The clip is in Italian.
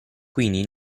quindi